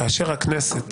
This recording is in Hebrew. כאשר הכנסת